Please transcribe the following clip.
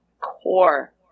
core